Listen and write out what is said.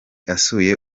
asuye